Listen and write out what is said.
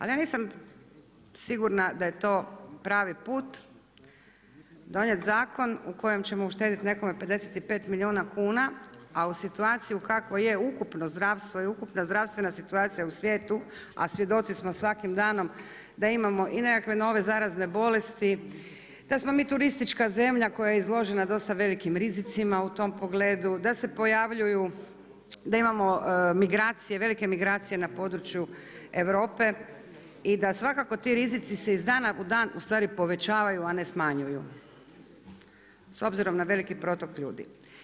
Ali ja nisam sigurna da je to pravi put donijeti zakon u kojem ćemo uštedjeti nekome 55 milijuna kuna, a u situaciji u kakvoj je ukupno zdravstvo i ukupna zdravstvena situacija u svijetu, a svjedoci smo svakim danom da imamo i nekakve nove zarazne bolesti, da smo mi turistička zemlja, koja je izložena dosta velikim rizicima u tom pogledu, da se pojavljuju, da imamo velike migracije na području Europe i da svakako ti rizici se iz dana u dan ustvari povećavaju a ne smanjuju s obzirom na veliki protok ljudi.